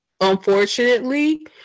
unfortunately